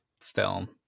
Film